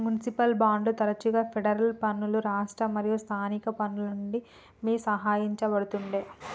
municipal బాండ్లు తరచుగా federal పన్నులు రాష్ట్ర మరియు స్థానిక పన్నుల నుండి మినహాయించబడతుండే